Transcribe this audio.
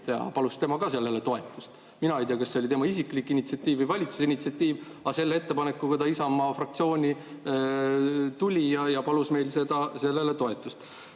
ja tema palus sellele toetust. Mina ei tea, kas see oli tema isiklik initsiatiiv või valitsuse initsiatiiv, aga selle ettepanekuga ta Isamaa fraktsiooni tuli ja palus meilt sellele toetust.